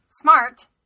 Smart